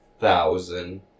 thousand